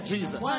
Jesus